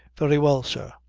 very well, sir.